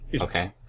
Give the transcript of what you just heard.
Okay